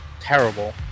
Terrible